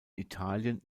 italien